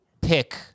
pick